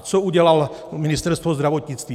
A co udělalo Ministerstvo zdravotnictví?